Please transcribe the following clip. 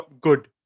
good